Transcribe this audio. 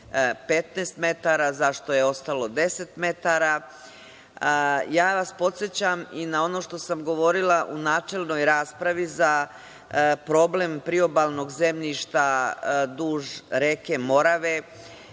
15 metara, zašto je ostalo 10 metara. Podsećam vas i na ono što sam govorila u načelnoj raspravi za problem priobalnog zemljišta duž reke Morave,